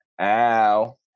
Ow